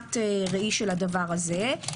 תמונת ראי של הדבר הזה.